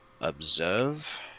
observe